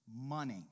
money